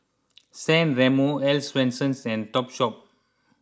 San Remo Earl's Swensens and Topshop